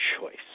choice